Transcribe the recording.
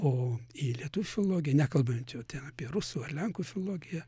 o į lietuvių filologiją nekalbant jau ten apie rusų ar lenkų filologiją